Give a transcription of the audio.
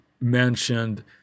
mentioned